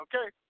Okay